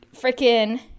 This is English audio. freaking